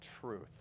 truth